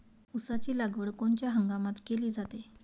ऊसाची लागवड कोनच्या हंगामात केली जाते?